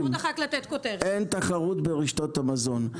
אין תחרות ברשתות המזון.